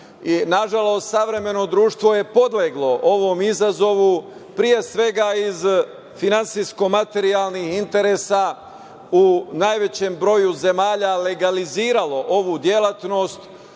Nažalost, savremeno društvo je podleglo ovom izazovu, pre svega, iz finansijsko-materijalnih interesa u najvećem broju zemalja legaliziralo ovu delatnost,